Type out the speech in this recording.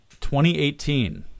2018